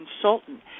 consultant